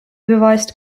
beweist